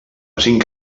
cinc